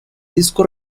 disco